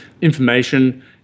information